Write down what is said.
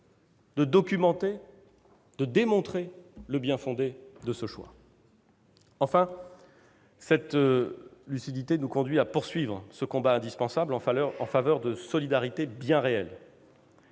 de documenter, de démontrer le bien-fondé de ce choix. Cette lucidité nous conduit à poursuivre ce combat indispensable en faveur de solidarités bien réelles.